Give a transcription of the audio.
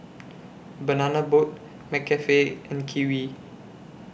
Banana Boat McCafe and Kiwi